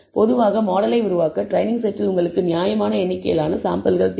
பொதுவாக மாடலை உருவாக்க ட்ரெய்னிங் செட்டில் உங்களுக்கு நியாயமான எண்ணிக்கையிலான சாம்பிள்கள் தேவை